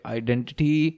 identity